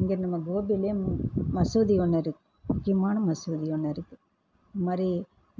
இங்கேயிருந்து நம்ப கோபிலையும் மசூதி ஒன்று முக்கியமான மசூதி ஒன்று இருக்குது இது மாதிரி